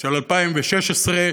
של 2016,